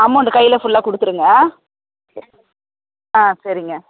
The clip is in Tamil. அமௌண்டு கையில் ஃபுல்லா கொடுத்துருங்க ஆ சரிங்க